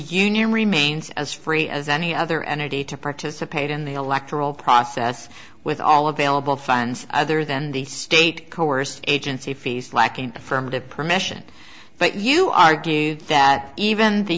union remains as free as any other energy to participate in the electoral process with all available funds other than the state coerced agency fees lacking affirmative permission but you argue that even the